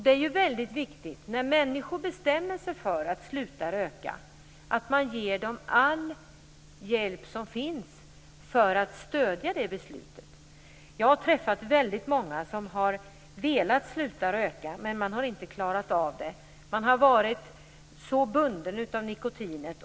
Det är väldigt viktigt för dem som väl bestämmer sig för att sluta röka att man ger dem all hjälp som finns för att stödja dem i det beslutet. Jag har träffat väldigt många som har velat sluta röka men inte klarat av det. Man har varit så bunden av nikotinet.